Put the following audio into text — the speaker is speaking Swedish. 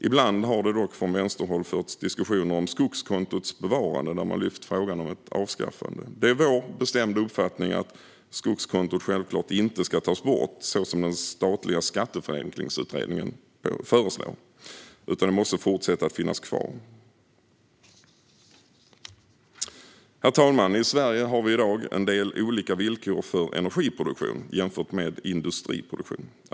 Ibland har det dock från vänsterhåll förts diskussioner om skogskontots bevarande där man lyft frågan om ett avskaffande. Det är vår bestämda uppfattning att skogskontot självklart inte ska tas bort - som den statliga Skatteförenklingsutredningen föreslår - utan måste fortsätta att finnas kvar. Herr talman! I Sverige har vi i dag en del olika villkor för energiproduktion jämfört med industriproduktion.